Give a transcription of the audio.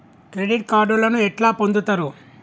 Credit కార్డులను ఎట్లా పొందుతరు?